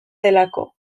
delako